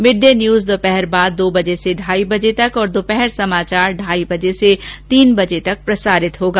mid day news दोपहर बाद दो बजे से ढाई बजे तक और दोपहर समाचार ढाई बजे से तीन बजे तक प्रसारित होगा